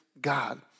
God